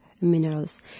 minerals